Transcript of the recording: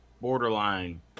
borderline